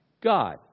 God